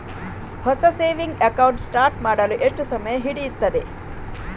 ಹೊಸ saving account start ಮಾಡಲು ಎಷ್ಟು ಸಮಯ ಹಿಡಿಯುತ್ತದೆ?